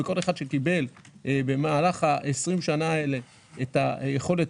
כל אחד שקיבל במהלך 20 השנים האלה את היכולת